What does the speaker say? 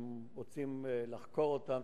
אם רוצים לחקור אותם,